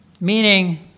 meaning